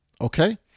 Okay